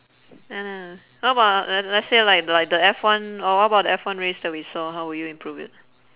oh no how about uh let let's say like the like the F one or what about F one race that we saw how will you improve it